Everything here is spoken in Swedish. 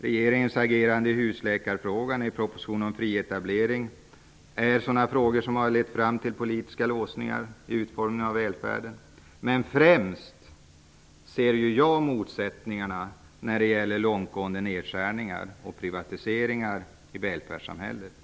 Regeringens agerande i husläkarfrågan och i propositionen om fri etablering är sådant som har lett fram till politiska låsningar i utformningen av välfärden. Men som jag ser det gäller motsättningarna främst långtgående nedskärningar och privatiseringar i välfärdssamhället.